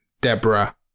Deborah